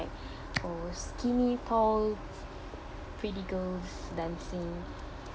like or skinny tall pretty girls dancing